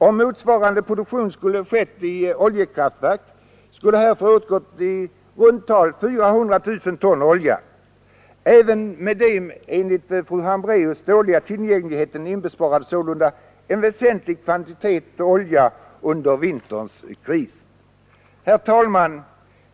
Om motsvarande produktion skulle ha skett i oljekraftverk hade härför åtgått ca 400 000 ton olja. Även med den enligt fru Hambraeus dåliga tillgängligheten inbesparades sålunda en väsentlig kvantitet olja under vinterns kris. Herr talman!